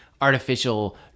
artificial